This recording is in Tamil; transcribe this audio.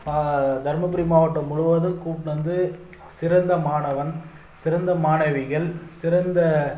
தர்மபுரி மாவட்டம் முழுவதும் கூப்புட்டு வந்து சிறந்த மாணவன் சிறந்த மாணவிகள் சிறந்த